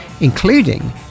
including